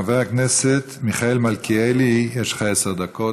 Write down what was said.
חבר הכנסת מיכאל מלכיאלי, יש לך עשר דקות.